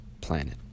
planet